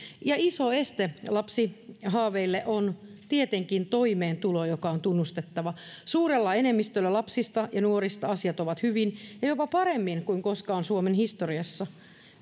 ja iso este lapsihaaveille on tietenkin toimeentulo mikä on tunnustettava suurella enemmistöllä lapsista ja nuorista asiat ovat hyvin ja jopa paremmin kuin koskaan suomen historiassa